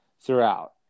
throughout